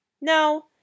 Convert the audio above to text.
Now